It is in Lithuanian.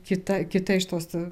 kita kita iš tos